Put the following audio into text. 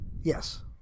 yes